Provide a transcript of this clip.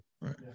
Right